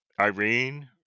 irene